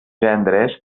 gendres